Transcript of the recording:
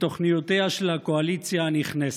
את תוכניותיה של הקואליציה הנכנסת?